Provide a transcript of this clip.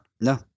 No